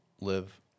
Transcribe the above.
live